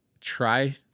try